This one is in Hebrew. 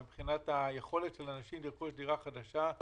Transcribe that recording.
מבחינת היכולת של האנשים לרכוש דירה חדשה,